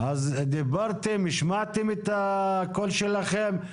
אז דיברתם, השמעתם את הקול שלכם.